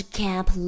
camp